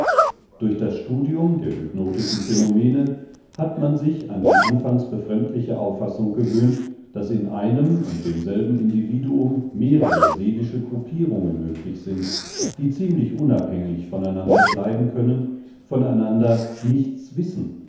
durch das studium der hypnotischen phänomene hat man sich an die anfangs befremdliche auffassung gewöhnt daß in einem und demselben individuum mehrere seelische gruppierungen möglich sind die ziemlich unabhängig von einander bleiben können von einander nichts wissen